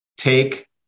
take